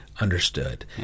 understood